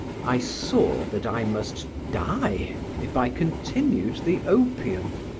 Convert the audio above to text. i saw that i must die if i continued the opium.